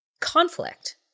conflict